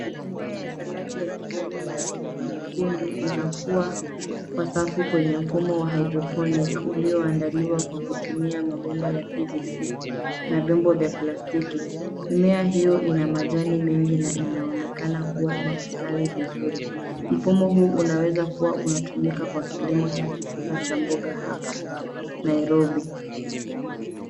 Mimea ya saladi ya kijani na nyekundu inakuwa kwa safu kwenye mfumo wa hydroponic , ulioandaliwa kwa kutumia mabomba ya PVC na vyombo vya plastiki. Mimea hiyo ina majani mengi na inaonekana kuwa inastawi vizuri. Mfumo huu unaweza kuwa unatumika kwa kilimo cha kisasa cha mboga hapa Nairobi.